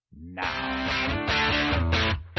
now